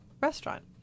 restaurant